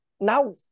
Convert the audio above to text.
Now